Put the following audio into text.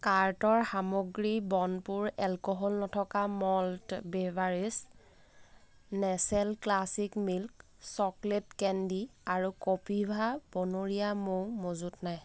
কাৰ্টৰ সামগ্ৰী বন পুৰ এলক'হল নথকা malt beverage Nestle classic milk chocolate candy আৰু কপিভা বনৰীয়া মৌ মজুত নাই